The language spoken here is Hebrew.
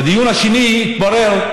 בדיון השני התברר,